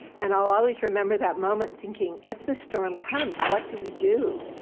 and i'll always remember that moment, thinking if the storm comes, what do we do.